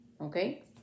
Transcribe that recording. Okay